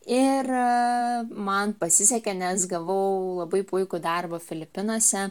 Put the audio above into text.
ir man pasisekė nes gavau labai puikų darbą filipinuose